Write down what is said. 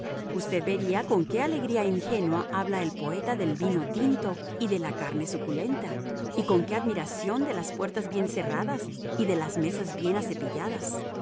usted vería con qué alegría ingenua habla el poeta del vino tinto y de la carne suculenta y con qué admiración de las puertas bien cerradas y de las mesas bien acepilladas